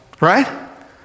right